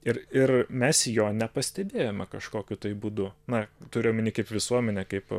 ir ir mes jo nepastebėjome kažkokiu būdu na turiu omeny kaip visuomenė kaip